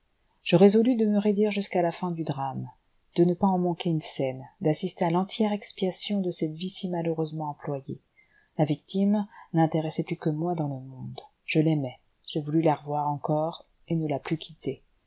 je résolus de me raidir jusqu'à la fin du drame de ne pas en manquer une scène d'assister à l'entière expiation de cette vie si malheureusement employée la victime n'intéressait plus que moi dans le monde je l'aimais je voulus la revoir encore et ne la plus quitter